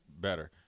better